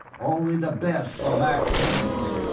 only the best for max mainz.